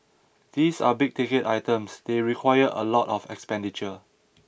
these are big ticket items they require a lot of expenditure